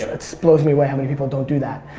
blows me away how many people don't do that.